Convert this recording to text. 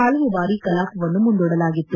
ಹಲವು ಬಾರಿ ಕಲಾಪವನ್ನು ಮುಂದೂಡಲಾಗಿತ್ತು